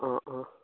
অঁ অঁ